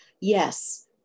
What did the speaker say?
Yes